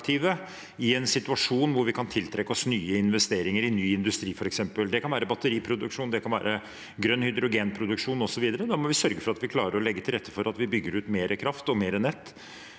i en situasjon hvor vi kan tiltrekke oss nye investeringer i ny industri, f.eks. Det kan være batteriproduksjon, det kan være grønn hydrogenproduksjon osv. Da må vi sørge for at vi klarer å legge til rette for at vi bygger ut mer kraft og mer nett